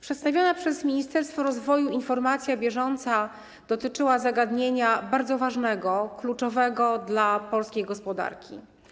Przedstawiona przez Ministerstwo Rozwoju informacja bieżąca dotyczyła zagadnienia bardzo ważnego, kluczowego dla polskiej gospodarki.